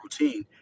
routine